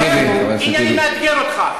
הנה, אני מאתגר אותך.